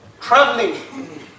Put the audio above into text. traveling